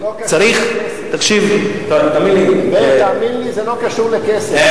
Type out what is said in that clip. זה לא קשור לכסף.